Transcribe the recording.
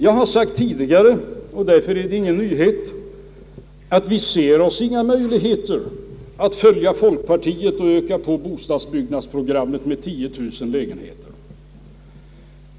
Jag har sagt tidigare — det är alltså inte någon nyhet — att vi inte ser oss någon möjlighet att följa folkpartiets rekommendation att öka bostadsbyggnadsprogrammet med 10000 lägenheter.